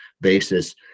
basis